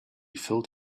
filled